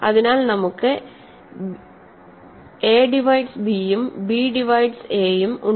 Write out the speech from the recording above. അതിനാൽ നമുക്ക് A divides b യും ബി ഡിവൈഡ്സ് a യും ഉണ്ട്